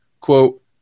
quote